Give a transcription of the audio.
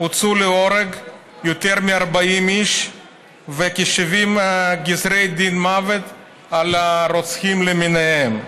הוצאו להורג יותר מ-40 איש והיו כ-70 גזרי דין מוות על רוצחים למיניהם.